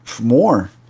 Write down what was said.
more